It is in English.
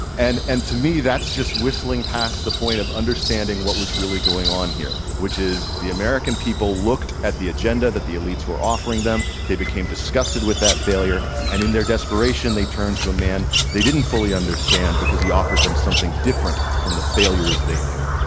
and and to me that's just whistling past the point of understanding what was really going on here, which is the american people looked at the agenda that the elites were offering them. they became disgusted with that failure and in their desperation they turned to a man they didn't fully understand because he offered them something different from the failures they knew.